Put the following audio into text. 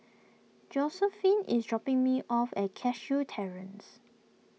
Josiephine is dropping me off at Cashew Terrace